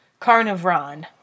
Carnivron